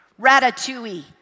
ratatouille